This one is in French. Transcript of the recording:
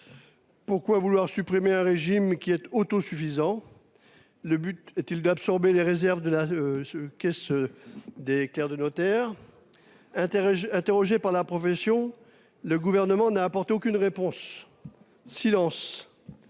Pourquoi vouloir supprimer un régime qui est autosuffisant ? L'objectif est-il d'absorber les réserves de la caisse des clercs de notaires ? Interrogé par la profession, le Gouvernement n'a apporté aucune réponse. Silence !